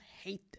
hate